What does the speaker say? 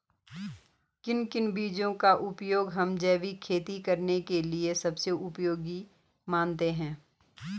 किन किन बीजों का उपयोग हम जैविक खेती करने के लिए सबसे उपयोगी मानते हैं?